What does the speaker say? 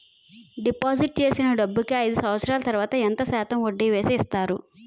Deposit చేసిన డబ్బుకి అయిదు సంవత్సరాల తర్వాత ఎంత శాతం వడ్డీ వేసి ఇస్తారు?